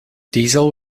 diesel